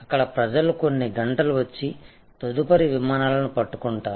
అక్కడ ప్రజలు కొన్ని గంటలు వచ్చి తదుపరి విమానాలను పట్టుకుంటారు